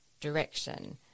direction